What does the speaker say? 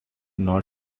not